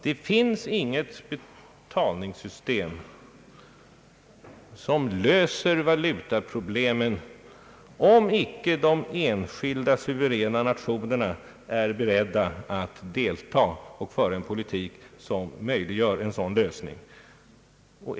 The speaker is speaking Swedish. Det finns inte något betalningssystem som löser valutaproblemen, om inte de enskilda suveräna nationerna är beredda att delta och föra en politik som möjliggör en sådan lösning.